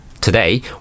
today